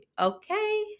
Okay